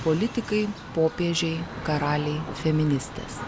politikai popiežiai karaliai feministės